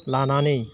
लानानै